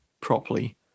properly